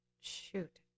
Shoot